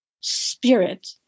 spirit